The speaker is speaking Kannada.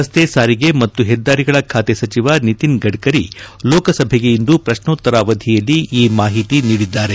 ರಸ್ತೆ ಸಾರಿಗೆ ಮತ್ತು ಹೆದ್ದಾರಿಗಳ ಖಾತೆ ಸಚಿವ ನಿತಿನ್ಗಡ್ಕರಿ ಲೋಕಸಭೆಗೆ ಇಂದು ಪ್ರಕ್ನೋತ್ತರ ಅವಧಿಯಲ್ಲಿ ಈ ಮಾಹಿತಿ ನೀಡಿದ್ದಾರೆ